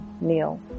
Neil